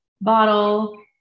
bottle